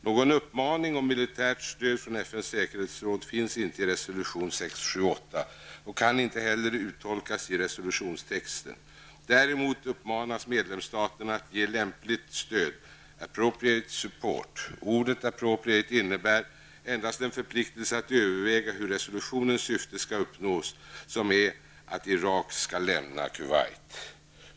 Någon uppmaning om militärt stöd från FNs säkerhetsråd finns inte i resolution 678 och kan inte heller uttolkas i resolutionstexten. Däremot uppmanas medlemsstaterna att ge lämpligt stöd, innebär endast en förpliktelse att överväga hur resolutionens syfte skall uppnås, som är att Irak skall lämna Kuwait.